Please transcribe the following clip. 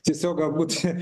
tiesiog galbūt čia